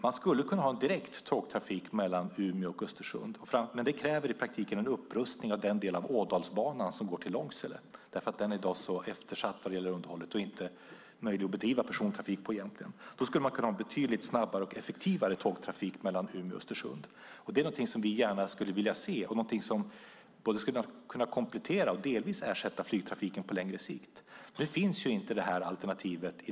Man skulle kunna ha direkt tågtrafik mellan Umeå och Östersund, men det kräver en upprustning av den del av Ådalsbanan som går till Långsele. Den är i dag eftersatt när det gäller underhåll och inte möjlig att bedriva persontrafik på. Då skulle man kunna ha betydligt snabbare och effektivare tågtrafik mellan Umeå och Östersund. Det är något som vi skulle vilja se. Det skulle kunna komplettera och delvis ersätta flygtrafiken på längre sikt. I dag finns inte det alternativet.